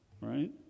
right